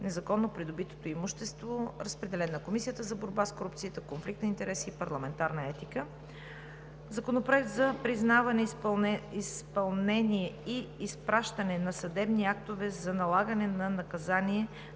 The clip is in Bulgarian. незаконно придобитото имущество. Разпределен е на Комисията за борба с корупцията, конфликт на интереси и парламентарна етика. Законопроект за признаване, изпълнение и изпращане на съдебни актове за налагане на наказание